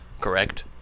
correct